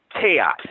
chaos